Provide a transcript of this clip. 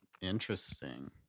Interesting